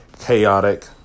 chaotic